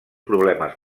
problemes